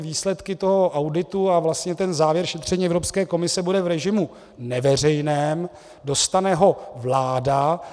Výsledky toho auditu a vlastně ten závěr šetření Evropské komise bude v režimu neveřejném, dostane ho vláda.